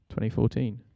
2014